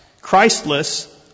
Christless